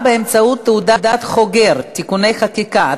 באמצעות תעודת חוגר (תיקוני חקיקה),